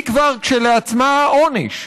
היא כבר כשלעצמה עונש.